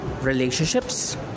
relationships